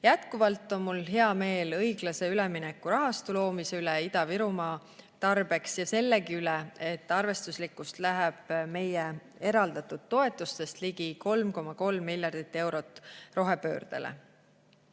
on mul hea meel õiglase ülemineku rahastu loomise üle Ida-Virumaa tarbeks ja sellegi üle, et arvestuslikult läheb meile eraldatud toetustest ligi 3,3 miljardit eurot rohepöördele. Teine